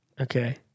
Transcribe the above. okay